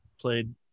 played